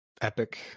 epic